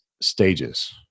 stages